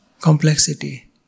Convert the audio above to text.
complexity